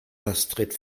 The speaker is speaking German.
astrid